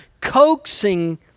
coaxing